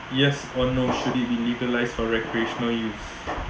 yes or no should it be legalised for recreational use